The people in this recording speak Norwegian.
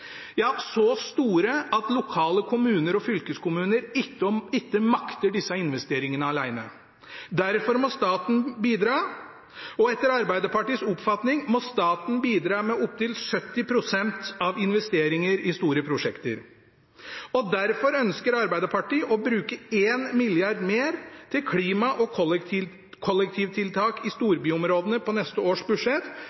ja så store at lokale kommuner og fylkeskommuner ikke makter disse investeringene alene. Derfor må staten bidra, og etter Arbeiderpartiets oppfatning må staten bidra med opptil 70 pst. av investeringer i store prosjekter. Derfor ønsker Arbeiderpartiet å bruke 1 mrd. kr mer til klima- og kollektivtiltak i